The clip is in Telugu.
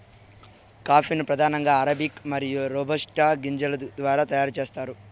కాఫీ ను ప్రధానంగా అరబికా మరియు రోబస్టా గింజల ద్వారా తయారు చేత్తారు